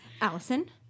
Allison